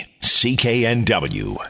CKNW